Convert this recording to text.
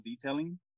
Detailing